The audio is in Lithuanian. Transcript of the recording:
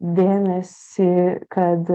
dėmesį kad